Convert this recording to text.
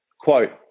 quote